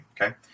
okay